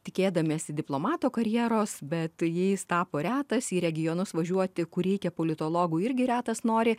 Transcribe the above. tikėdamiesi diplomato karjeros bet jais tapo retas į regionus važiuoti kur reikia politologų irgi retas nori